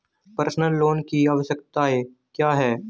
Personal loan की आवश्यकताएं क्या हैं?